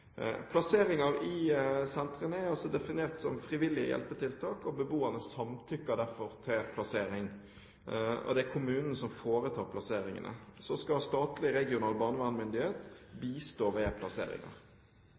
i sentrene er definert som frivillige hjelpetiltak, og beboerne samtykker derfor til plassering. Det er kommunen som foretar plasseringene, og så skal statlig regional